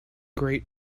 great